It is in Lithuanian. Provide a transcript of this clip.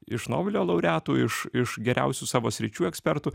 iš nobelio laureatų iš iš geriausių savo sričių ekspertų